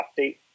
update –